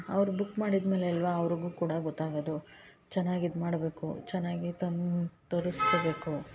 ಅವ್ರು ಬುಕ್ ಮಾಡಿದ್ಮೇಲೆ ಅಲ್ಲವಾ ಅವ್ರ್ಗು ಕೂಡ ಗೊತ್ತಾಗದು ಚೆನ್ನಾಗಿ ಇದು ಮಾಡಬೇಕು ಚೆನ್ನಾಗಿ ತಂದು ತರಸ್ಕೋಬೇಕು